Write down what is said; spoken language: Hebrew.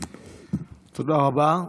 תודה רבה.